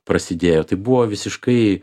prasidėjo tai buvo visiškai